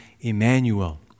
Emmanuel